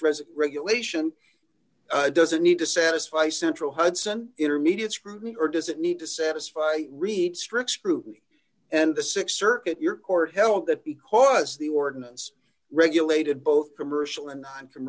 resin regulation doesn't need to satisfy central hudson intermediate scrutiny or does it need to satisfy read strict scrutiny and the six circuit your court held that because the ordinance regulated both commercial and